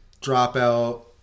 Dropout